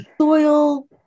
Soil